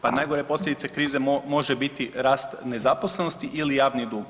Pa najgore posljedice krize može biti rast nezaposlenosti ili javni dug.